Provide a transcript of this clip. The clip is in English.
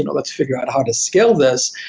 and let's figure out how to scale this,